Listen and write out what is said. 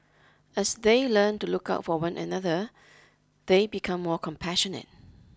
as they learn to look out for one another they become more compassionate